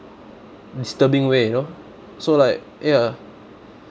disturbing way you know so like ya